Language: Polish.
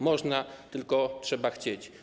Można, tylko trzeba chcieć.